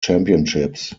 championships